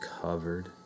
covered